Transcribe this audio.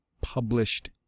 published